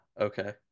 okay